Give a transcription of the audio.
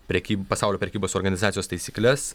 prekyb pasaulio prekybos organizacijos taisykles